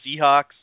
Seahawks